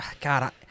God